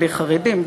בלי חרדים,